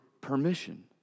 permission